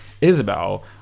Isabel